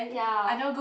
ya